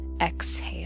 exhale